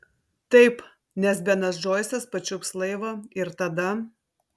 taip nes benas džoisas pačiups laivą ir tada